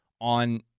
on